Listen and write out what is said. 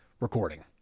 recording